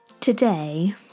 Today